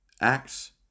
Acts